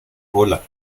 hola